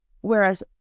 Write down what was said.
Whereas